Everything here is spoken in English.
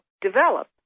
develop